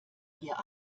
ihr